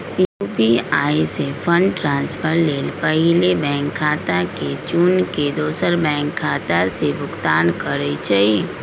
UPI से fund transfer लेल पहिले बैंक खता के चुन के दोसर बैंक खता से भुगतान करइ छइ